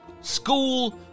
School